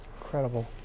incredible